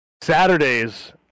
Saturdays